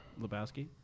Lebowski